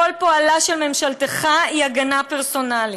כל פועלה של ממשלתך היא הגנה פרסונלית.